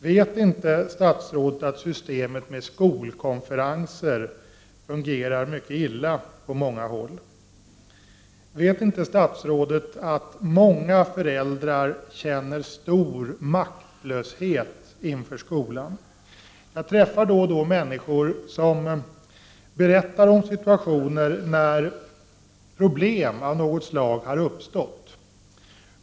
Vet inte statsrådet att systemet med skolkonferenser fungerar mycket illa på många håll? Vet inte statsrådet att många föräldrar känner stor maktlöshet inför skolan? Jag träffar då och då människor som berättar om situationer där problem av något slag har uppstått.